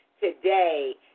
today